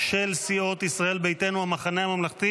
של סיעות ישראל ביתנו, המחנה הממלכתי